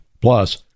Plus